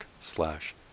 slash